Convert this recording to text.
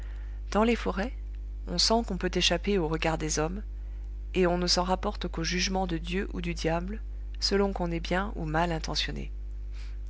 dans les forêts on sent qu'on peut échapper aux regards des hommes et on ne s'en rapporte qu'au jugement de dieu ou du diable selon qu'on est bien ou mal intentionné